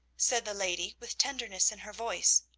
said the lady, with tenderness in her voice,